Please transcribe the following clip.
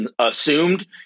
assumed